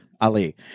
Ali